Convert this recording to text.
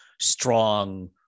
strong